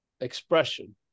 expression